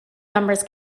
numbers